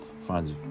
finds